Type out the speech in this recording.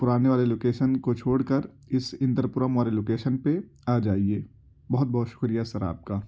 پرانے والے لوکیشن کو چھوڑ کر اس اندر پورم والے لوکیشن پہ آ جائیے بہت بہت شکریہ سر آپ کا